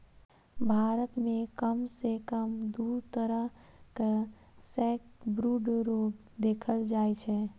भारत मे कम सं कम दू तरहक सैकब्रूड रोग देखल जाइ छै